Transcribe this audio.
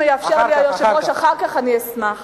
אם יאפשר לי היושב-ראש אחר כך, אני אשמח.